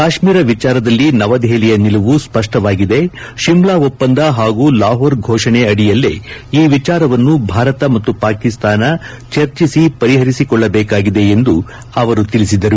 ಕಾಶ್ನೀರ ವಿಚಾರದಲ್ಲಿ ನವದೆಪಲಿಯ ನಿಲುವು ಸ್ವಪ್ಪವಾಗಿದೆ ಶಿಮ್ಲಾ ಒಪ್ಪಂದ ಹಾಗೂ ಲಾಹೋರ್ ಫೋಷಣೆ ಅಡಿಯಲ್ಲೇ ಈ ವಿಚಾರವನ್ನು ಭಾರತ ಮತ್ತು ಪಾಕಿಸ್ತಾನ ಚರ್ಚಿಸಿ ಪರಿಹರಿಸಿಕೊಳ್ಲಬೇಕಾಗಿದೆ ಎಂದು ಅವರು ಹೇಳಿದರು